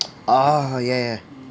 ah oh yeah yeah